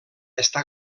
està